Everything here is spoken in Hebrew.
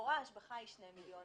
לכאורה ההשבחה היא שני מיליון,